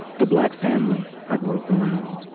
the black family i grew up around,